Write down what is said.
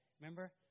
Remember